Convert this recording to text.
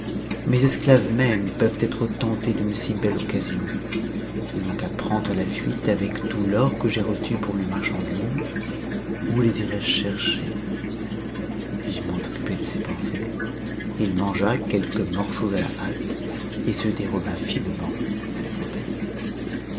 mes esclaves mêmes peuvent être tentés d'une si belle occasion lis n'ont qu'à prendre la fuite avec tout l'or ue j'ai reçu pour mes marchandises ou les irai-je chercher vivement occupé de ces pensées il mangea quelques morceaux à la hâtp et se déroba finement à la compagnie